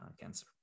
cancer